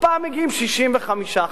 הפעם מגיעים 65 ח"כים,